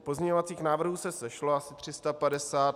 Pozměňovacích návrhů se sešlo asi 350.